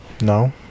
No